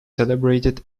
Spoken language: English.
celebrated